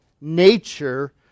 nature